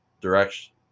direction